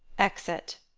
exit